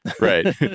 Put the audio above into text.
right